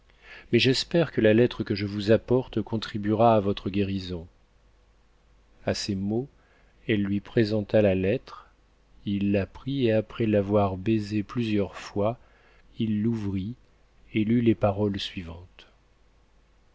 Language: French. mais j'espère que la lettre que je vous apporte contribuera à votre guérison a ces mots elle lui présenta la lettre il la prit et après l'avoir baisée plusieurs fois il l'ouvrit et lut les paroles suivantes